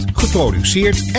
geproduceerd